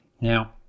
now